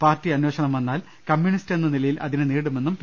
party അന്വേഷണം വന്നാൽ communist എന്ന നിലയിൽ അതിനെ നേരി ടുമെന്നും പി